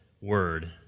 word